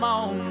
on